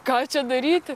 ką čia daryti